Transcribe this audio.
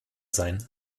sein